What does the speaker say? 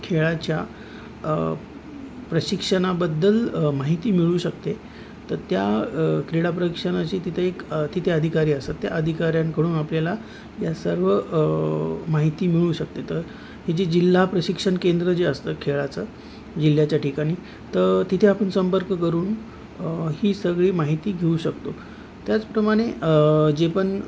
खेळाच्या प्रशिक्षणाबद्दल माहिती मिळू शकते तर त्या क्रीडा प्रशिक्षणाची तिथे एक तिथे अधिकारी असतात त्या अधिकाऱ्यांकडून आपल्याला या सर्व माहिती मिळू शकते तर हे जे जिल्हा प्रशिक्षण केंद्र जे असतं खेळाचं जिल्ह्याच्या ठिकाणी त तिथे आपण संपर्क करून ही सगळी माहिती घेऊ शकतो त्याचप्रमाणे जे पण